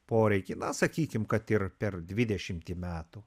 poreikį na sakykim kad ir per dvidešimtį metų